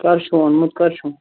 کَر چھُو اوٚنمُت کَر چھُو